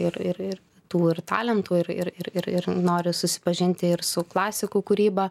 ir ir ir tų ir talentų ir ir ir ir ir nori susipažinti ir su klasikų kūryba